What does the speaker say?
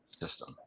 system